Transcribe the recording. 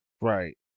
Right